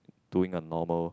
doing a normal